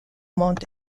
mont